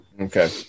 Okay